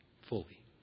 Fully